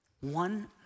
One